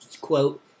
Quote